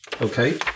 Okay